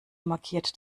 markiert